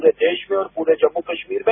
पूरे देश में पूरे जम्मू कश्मीर में